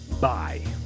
Bye